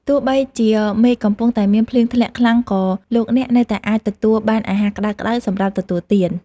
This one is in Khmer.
ទោះបីជាមេឃកំពុងតែមានភ្លៀងធ្លាក់ខ្លាំងក៏លោកអ្នកនៅតែអាចទទួលបានអាហារក្តៅៗសម្រាប់ទទួលទាន។